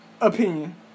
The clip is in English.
opinion